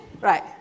Right